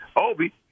Obi